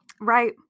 Right